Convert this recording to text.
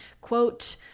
quote